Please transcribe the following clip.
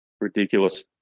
ridiculous